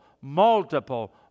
multiple